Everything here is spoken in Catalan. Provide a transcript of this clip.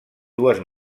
dues